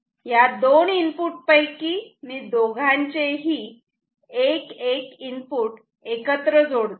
या दोन इनपुट पैकी मी दोघांचेही ही एक एक इनपुट एकत्र जोडतो